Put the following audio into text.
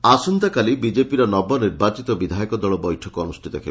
ବୈଠକ ଆସନ୍ତା କାଲି ବିଜେପିର ନବନିର୍ବାଚିତ ବିଧାୟକ ଦଳ ବୈଠକ ଅନୁଷ୍ଟିତ ହେବ